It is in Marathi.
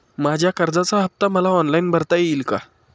माझ्या कर्जाचा हफ्ता मला ऑनलाईन भरता येईल का?